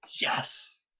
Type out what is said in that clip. Yes